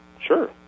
Sure